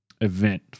event